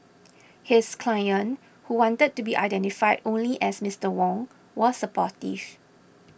his client who wanted to be identified only as Mister Wong was supportive